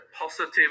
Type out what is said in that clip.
positive